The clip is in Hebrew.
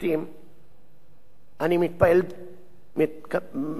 אני מנהל דיונים בנושא הזה